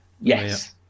Yes